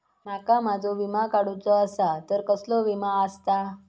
माका माझो विमा काडुचो असा तर कसलो विमा आस्ता?